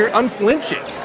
unflinching